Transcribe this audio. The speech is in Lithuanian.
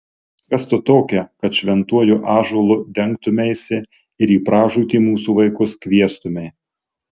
kas tu tokia kad šventuoju ąžuolu dengtumeisi ir į pražūtį mūsų vaikus kviestumei